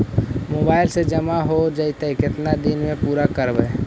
Mobile से जामा हो जैतय, केतना दिन में पुरा करबैय?